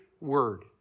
word